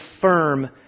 firm